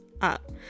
up